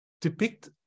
depict